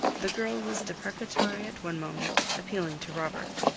the girl was deprecatory at one moment, appealing to robert.